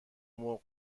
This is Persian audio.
مرغ